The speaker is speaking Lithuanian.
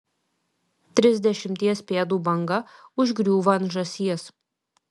trisdešimties pėdų banga užgriūva ant žąsies